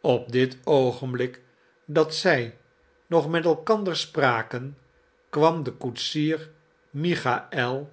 op dit oogenblik dat zij nog met elkander spraken kwam de koetsier michaël